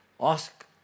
ask